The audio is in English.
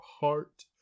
heart